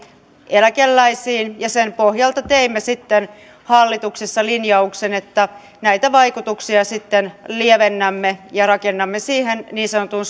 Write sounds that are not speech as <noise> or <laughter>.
eläkeläisiin ja sen pohjalta teimme sitten hallituksessa linjauksen että näitä vaikutuksia sitten lievennämme ja rakennamme siihen niin sanotun <unintelligible>